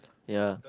ya